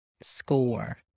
score